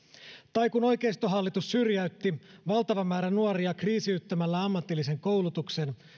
tai kun oikeistohallitus syrjäytti valtavan määrän nuoria kriisiyttämällä ammatillisen koulutuksen